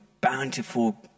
bountiful